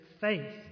faith